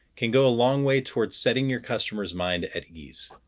can go a long way toward setting your customer's mind at ease.